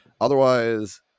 otherwise